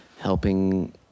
helping